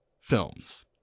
films